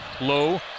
low